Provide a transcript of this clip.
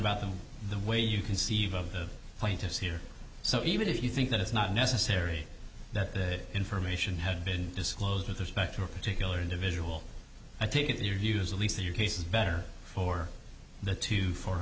about them the way you conceive of the plaintiffs here so even if you think that it's not necessary that the information had been disclosed with respect to a particular individual i think if your views at least in your case is better for the two for